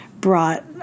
brought